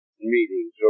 meetings